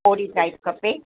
ओहिड़ी टाइप खपे